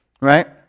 Right